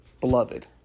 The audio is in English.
beloved